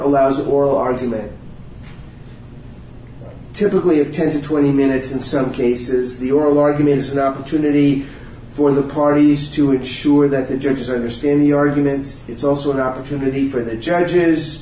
allows oral argument typically of ten to twenty minutes in some cases the oral argument is not a trinity for the parties to it sure that the judges understand the arguments it's also an opportunity for the judges